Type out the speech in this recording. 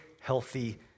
healthy